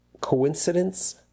coincidence